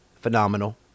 phenomenal